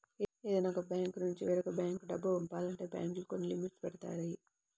ఏదైనా ఒక బ్యాంకునుంచి వేరొక బ్యేంకు డబ్బు పంపాలంటే బ్యేంకులు కొన్ని లిమిట్స్ పెడతాయి